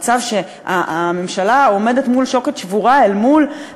מצב שהממשלה עומדת מול שוקת שבורה אל מול